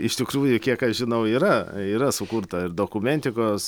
iš tikrųjų kiek aš žinau yra yra sukurta ir dokumentikos